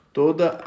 toda